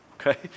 Okay